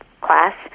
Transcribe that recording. class